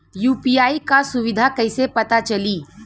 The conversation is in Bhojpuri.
यू.पी.आई क सुविधा कैसे पता चली?